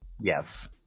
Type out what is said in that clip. Yes